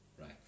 Right